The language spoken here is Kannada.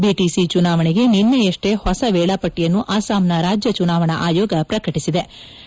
ಬಿಟಿಸಿ ಚುನಾವಣೆಗೆ ನಿನ್ನೆಯಷ್ಷೇ ಹೊಸ ವೇಳಾಪಟ್ಟಿಯನ್ನು ಅಸ್ಸಾಂನ ರಾಜ್ಯ ಚುನಾವಣಾ ಆಯೋಗ ಪ್ರಕಟಿಸಿವೆ